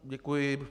Děkuji.